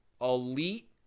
elite